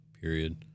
period